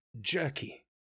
jerky